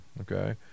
Okay